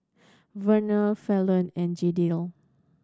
Vernal Falon and Jadiel